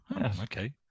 Okay